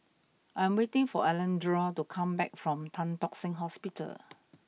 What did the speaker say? I am waiting for Alondra to come back from Tan Tock Seng Hospital